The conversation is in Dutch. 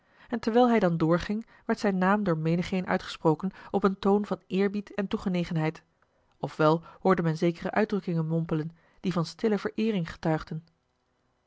en terwijl hij dan doorging werd zijn naam door menigeen uitgesproken op een toon van eerbied en toegenegenheid of wel hoorde men zekere uitdrukkingen mompelen die van stille vereering getuigden